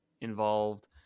involved